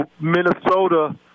Minnesota